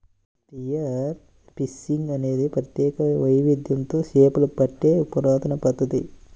spear fishing అనేది ప్రత్యేక వైవిధ్యంతో చేపలు పట్టే పురాతన పద్ధతి